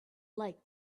like